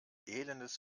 elendes